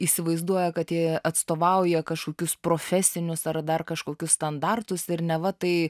įsivaizduoja kad jie atstovauja kažkokius profesinius ar dar kažkokius standartus ir neva tai